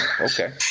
Okay